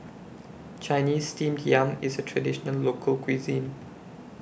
Chinese Steamed Yam IS A Traditional Local Cuisine